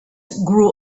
grew